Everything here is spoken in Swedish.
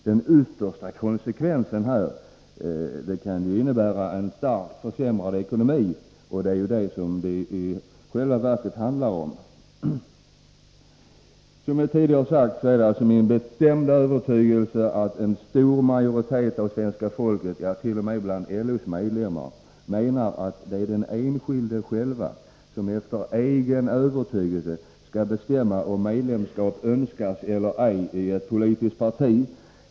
Den yttersta konsekvensen kan ju innebära en starkt försämrad ekonomi — och det är det som det i själva verket handlar om. Som jag tidigare sagt är det alltså min bestämda uppfattning att en stor majoritet av svenska folket — ja, t.o.m. bland LO:s medlemmar — menar att det är den enskilde själv som efter egen övertygelse skall bestämma om medlemskap i ett politiskt parti önskas eller ej.